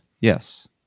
Yes